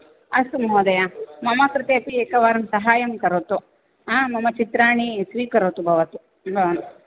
अस्तु महोदया मम कृते अपि एकवारं साहाय्यं करोतु मम चित्राणि स्वीकरोतु भवत् भवान्